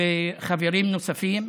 וחברים נוספים.